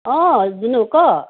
অঁ জিনু ক